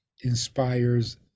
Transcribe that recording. inspires